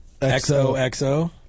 XOXO